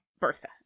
Bertha